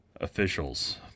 officials